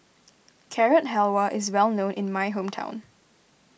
Carrot Halwa is well known in my hometown